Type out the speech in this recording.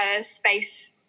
space